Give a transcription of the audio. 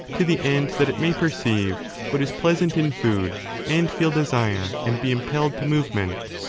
to the end that it may perceive what is pleasant in food and feel desire and be impelled to movement.